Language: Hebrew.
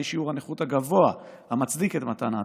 שיעור הנכות הגבוה המצדיק את מתן ההטבה,